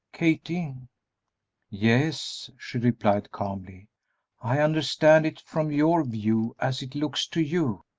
kathie? yes, she replied, calmly i understand it from your view, as it looks to you.